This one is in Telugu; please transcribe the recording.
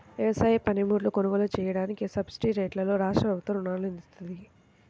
వ్యవసాయ పనిముట్లు కొనుగోలు చెయ్యడానికి సబ్సిడీరేట్లలో రాష్ట్రప్రభుత్వం రుణాలను ఇత్తంది